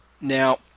Now